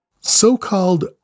So-called